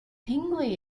tingling